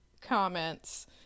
comments